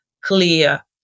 clear